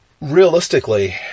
realistically